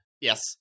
Yes